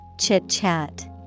chit-chat